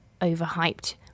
overhyped